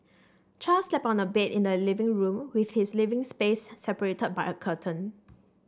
char slept on a bed in the living room with his living space separated by a curtain